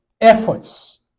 efforts